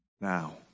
Now